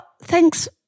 thanks